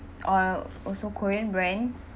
oil also korean brand